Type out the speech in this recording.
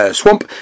swamp